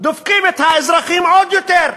דופקים את האזרחים עוד יותר.